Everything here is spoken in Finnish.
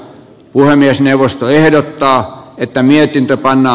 l puhemiesneuvosto ehdottaa että mietintö panna